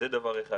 זה דבר ראשון.